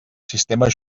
sistema